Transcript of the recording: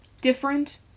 Different